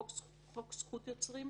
חוק זכות יוצרים,